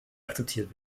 akzeptiert